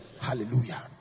Hallelujah